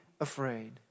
afraid